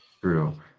True